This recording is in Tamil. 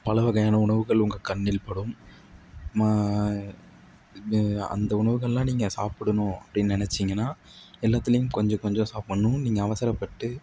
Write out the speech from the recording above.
பல வகையான உணவுகள் உங்கள் கண்ணில் படும் ம அந்த உணவுகள்லாம் நீங்கள் சாப்பிடணும் அப்படினு நினைச்சீங்கன்னா எல்லாத்துலேயும் கொஞ்சம் கொஞ்சம் சாப்புடணும் நீங்கள் அவசரப்பட்டு